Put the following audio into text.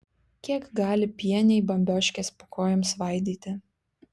kiek gali pieniai bambioškes po kojom svaidyti